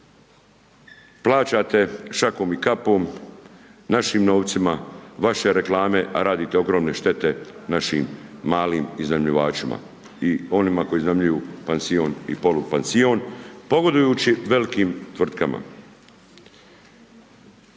plaćate šakom i kapom našim novcima vaše reklame, a radite ogromne štete našim malim iznajmljivačima i onima koji iznajmljuju pansion i polupansion, pogodujući velikim tvrtkama.